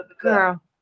girl